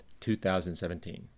2017